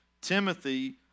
Timothy